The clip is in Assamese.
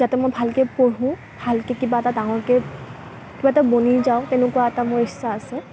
যাতে মই ভালকৈ পঢ়োঁ ভালকৈ কিবা এটা ডাঙৰকৈ কিবা এটা বনি যাওঁ তেনেকুৱা এটা মোৰ ইচ্ছা আছে